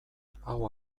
hau